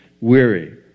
weary